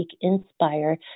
Inspire